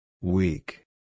Weak